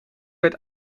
werd